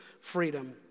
freedom